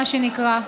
מה שנקרא.